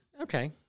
Okay